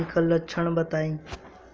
एकर लक्षण बताई?